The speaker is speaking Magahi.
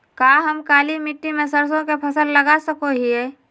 का हम काली मिट्टी में सरसों के फसल लगा सको हीयय?